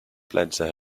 plaza